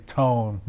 tone